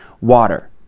water